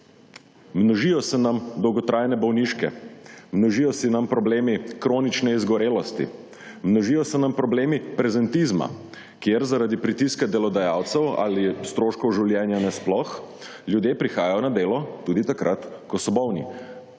množijo se nam dolgotrajne bolniške, množijo se nam problemi kronične izgorelosti, množijo se nam problemi prezentizma, kjer zaradi pritiska delodajalcev ali stroškov življenja na sploh ljudje prihajajo na delo tudi takrat, ko so bolni.